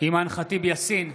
אימאן ח'טיב יאסין,